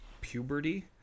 puberty